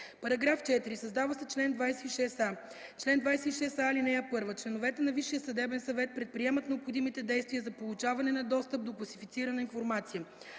§ 4: „§ 4. Създава се чл. 26а: „Чл. 26а. (1) Членовете на Висшия съдебен съвет предприемат необходимите действия за получаване на достъп до класифицирана информация.